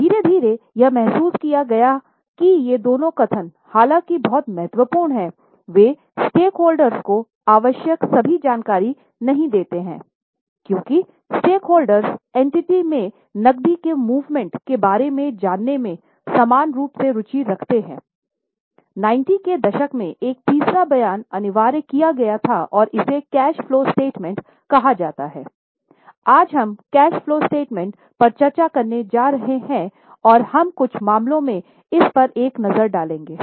धीरे धीरेयह महसूस किया गया कि ये दोनों कथन हालांकि बहुत महत्वपूर्ण हैं वे स्टेकहोल्डर्स पर चर्चा करने जा रहे हैं और हम कुछ मामलों में इस पर एक नज़र डालेंगे